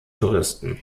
touristen